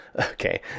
Okay